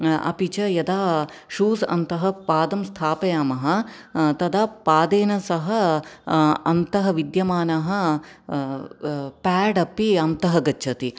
अपि च यदा शूस् अन्तः पादं स्थापयामः तदा पादेन सह अन्तः विद्यमानः पेड् अपि अन्तः गच्छति